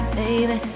baby